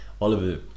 Oliver